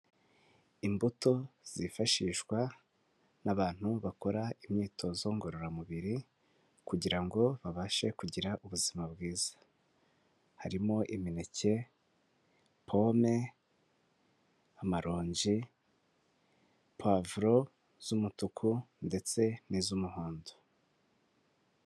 Imbuto zifashishwa n'abantu bakora imyitozo ngororamubiri kugira ngo babashe kugira ubuzima bwiza harimo imineke, pome, amarongi pavuro z'umutuku ndetse n'iz'umuhondo.